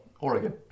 Oregon